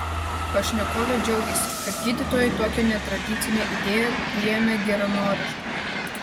pašnekovė džiaugiasi kad gydytojai tokią netradicinę idėją priėmė geranoriškai